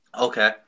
Okay